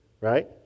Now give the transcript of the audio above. Right